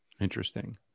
Interesting